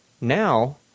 Now